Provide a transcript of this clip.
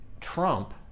Trump